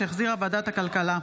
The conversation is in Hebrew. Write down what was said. שהחזירה ועדת הכלכלה.